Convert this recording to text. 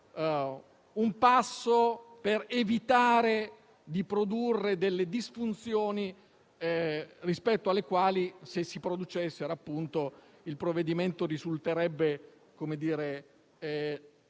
un passo per evitare di produrre delle disfunzioni rispetto alle quali - se si producessero, appunto - il provvedimento risulterebbe non